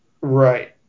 Right